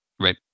Right